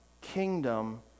kingdom